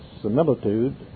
similitude